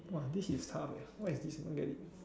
!wah! this is tough eh what is this I don't get it